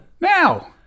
Now